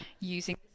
Using